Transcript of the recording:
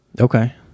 Okay